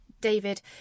David